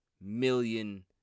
million